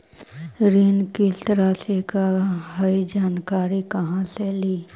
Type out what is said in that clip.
ऋण किस्त रासि का हई जानकारी कहाँ से ली?